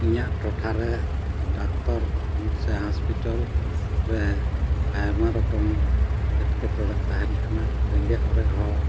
ᱤᱧᱟ ᱜ ᱴᱚᱴᱷᱟᱨᱮ ᱰᱟᱠᱛᱚᱨ ᱥᱮ ᱦᱚᱥᱯᱤᱴᱟᱞ ᱨᱮ ᱟᱭᱢᱟ ᱨᱚᱠᱚᱢ ᱮᱸᱴᱠᱮᱴᱚᱬᱮ ᱛᱟᱦᱮᱱ ᱠᱟᱱᱟ ᱨᱮᱸᱜᱮᱡ ᱚᱨᱮᱡ ᱦᱚᱲ